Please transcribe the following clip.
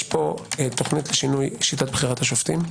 יש פה תוכנית לשינוי בחירת השופטים.